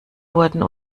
wurden